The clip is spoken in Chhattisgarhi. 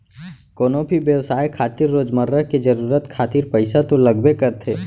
कोनो भी बेवसाय खातिर रोजमर्रा के जरुरत खातिर पइसा तो लगबे करथे